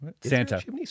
Santa